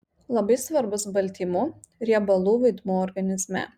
labai svarbus baltymų riebalų vaidmuo organizme